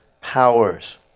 powers